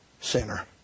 sinner